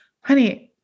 honey